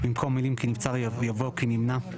במקום המילים 'כי נבצר' יבוא 'כי נמנע'.